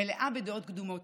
מלאה בדעות קדומות,